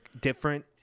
different